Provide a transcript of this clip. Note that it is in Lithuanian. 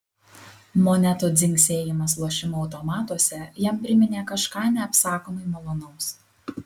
monetų dzingsėjimas lošimo automatuose jam priminė kažką neapsakomai malonaus